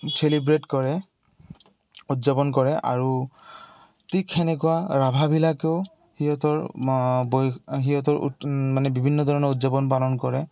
celebrate কৰে উদযাপন কৰে আৰু ঠিক সেনেকুৱা ৰাভাবিলাকেও সিহঁতৰ সিহঁতৰ মানে বিভিন্ন ধৰণৰ উদযাপন পালন কৰে